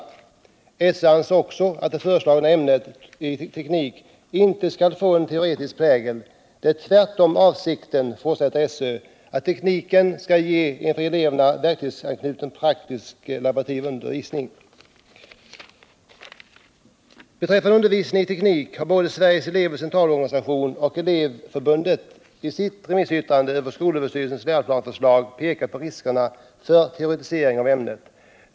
Skolöverstyrelsen anser att det föreslagna ämnet teknik inte skall få en teoretisk prägel. Det är tvärtom avsikten, fortsätter SÖ, att tekniken skall ge en för eleverna verklighetsanknuten praktisk-laborativ undervisning. Beträffande undervisningen i teknik har både Sveriges elevers centralorganisation och Elevförbundet i sitt remissyttrande över skolöverstyrelsens läroplansförslag pekat på riskerna för teoretisering av ämnet.